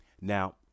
Now